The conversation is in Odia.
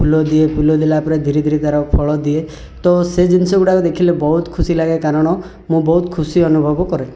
ଫୁଲ ଦିଏ ଫୁଲ ଦେଲା ପରେ ଧୀରେ ଧୀରେ ତାର ଫଳଦିଏ ତ ସେ ଜିନିଷ ଗୁଡ଼ା ଦେଖିଲେ ବହୁତ ଖୁସି ଲାଗେ କାରଣ ମୁଁ ବହୁତ ଖୁସି ଅନୁଭବ କରେ